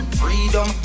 freedom